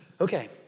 Okay